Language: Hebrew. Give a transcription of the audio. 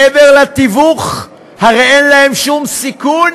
מעבר לתיווך הרי אין להן שום סיכון,